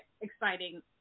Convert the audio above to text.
exciting